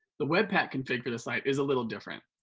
the webpack config for the site is a little different.